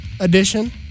edition